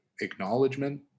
acknowledgement